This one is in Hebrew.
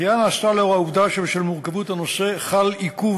הדחייה נעשתה משום שבשל מורכבות הנושא חל עיכוב